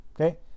okay